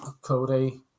cody